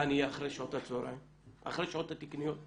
שהתל"ן יהיה אחרי בשעות הצוהריים אחרי השעות התקניות,